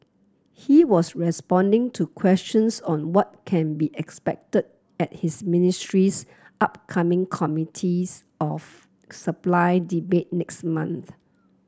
he was responding to questions on what can be expected at his ministry's upcoming Committee of Supply debate next month